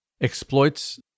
exploits